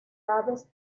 aves